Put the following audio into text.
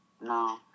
No